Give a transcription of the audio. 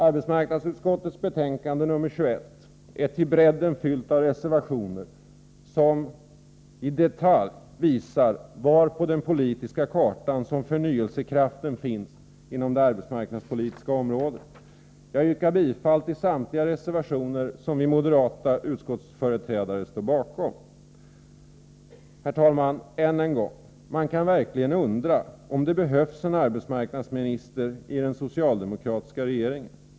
Arbetsmarknadsutskottets betänkande nr 21 är till brädden fyllt av reservationer som i detalj visar var på den politiska kartan förnyelsekraften finns inom det arbetsmarknadspolitiska området. Jag yrkar bifall till samtliga reservationer som vi moderata utskottsföreträdare står bakom. Herr talman! Än en gång: Man kan verkligen undra om det behövs en arbetsmarknadsminister i den socialdemokratiska regeringen.